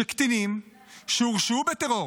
שקטינים שהורשעו בטרור